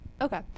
Okay